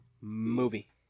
Movie